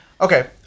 Okay